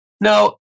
Now